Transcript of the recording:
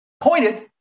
pointed